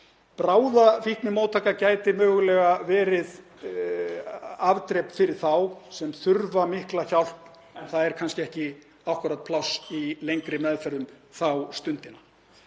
Bráðafíknimóttaka gæti mögulega verið afdrep fyrir þá sem þurfa mikla hjálp en það er kannski ekki akkúrat pláss í lengri meðferðum þá stundina.